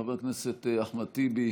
חבר הכנסת אחמד טיבי,